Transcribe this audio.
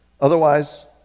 Otherwise